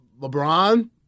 LeBron